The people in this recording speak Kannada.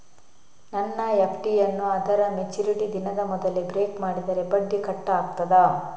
ನನ್ನ ಎಫ್.ಡಿ ಯನ್ನೂ ಅದರ ಮೆಚುರಿಟಿ ದಿನದ ಮೊದಲೇ ಬ್ರೇಕ್ ಮಾಡಿದರೆ ಬಡ್ಡಿ ಕಟ್ ಆಗ್ತದಾ?